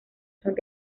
son